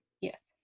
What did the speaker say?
Yes